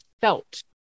felt